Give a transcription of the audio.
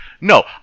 no